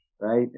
right